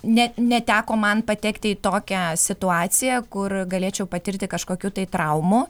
ne neteko man patekti į tokią situaciją kur galėčiau patirti kažkokių tai traumų